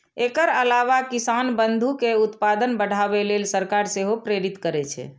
एकर अलावा किसान बंधु कें उत्पादन बढ़ाबै लेल सरकार सेहो प्रेरित करै छै